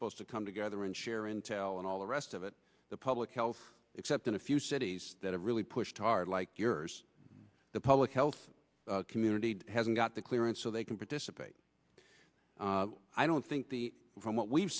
supposed to come together and share intel and all the rest of it the public health except in a few cities that have really pushed hard like yours the public health community hasn't got the clearance so they can participate i don't think from what we've